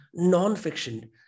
nonfiction